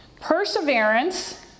perseverance